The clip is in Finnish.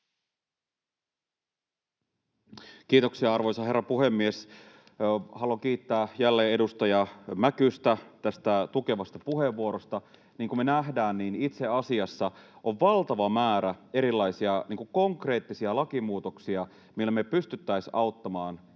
Content: Arvoisa herra puhemies! Haluan kiittää jälleen edustaja Mäkystä tästä tukevasta puheenvuorosta. Niin kuin me näemme, itse asiassa on valtava määrä erilaisia konkreettisia lakimuutoksia, millä me pystyisimme auttamaan